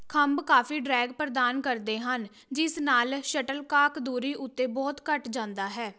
ਖੰਭ ਕਾਫ਼ੀ ਡ੍ਰੈਗ ਪ੍ਰਦਾਨ ਕਰਦੇ ਹਨ ਜਿਸ ਨਾਲ਼ ਸ਼ਟਲਕੋਕ ਦੂਰੀ ਉੱਤੇ ਬਹੁਤ ਘੱਟ ਜਾਂਦਾ ਹੈ